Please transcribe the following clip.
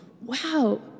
wow